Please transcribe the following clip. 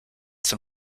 zum